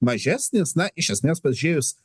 mažesnis na iš esmės pažiūrėjus